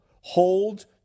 Hold